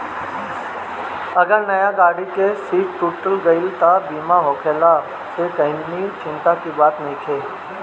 अगर नया गाड़ी के शीशा टूट गईल त बीमा होखला से कवनी चिंता के बात नइखे